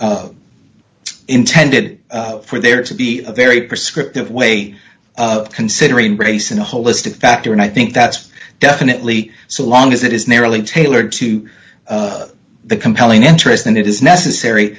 not intended for there to be a very prescriptive way of considering race in a holistic factor and i think that's definitely so long as it is narrowly tailored to the compelling interest and it is necessary